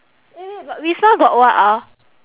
eh wait but wisma got what ah